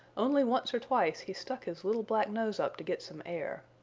only once or twice he stuck his little black nose up to get some air.